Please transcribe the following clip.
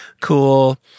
cool